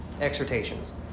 exhortations